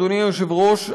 אדוני היושב-ראש,